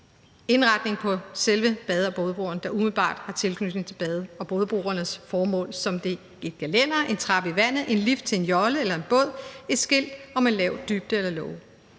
indretning på selve bade- og bådebroerne, der umiddelbart har tilknytning til bade- og bådebroernes formål som et gelænder, en trappe i vandet, en lift til en jolle eller en båd, et skilt om lav dybde eller låge.